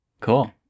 Cool